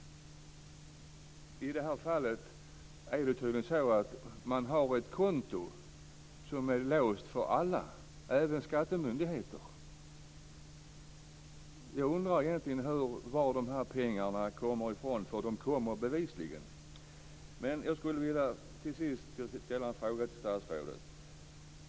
I det här fallet är det tydligen så att man har ett konto som är låst för alla, även för skattemyndigheten. Jag undrar egentligen varifrån de här pengarna kommer, för de kommer bevisligen. Till sist skulle jag vilja ställa en fråga till statsrådet.